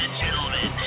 gentlemen